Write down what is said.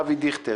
אבי דיכטר,